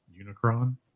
Unicron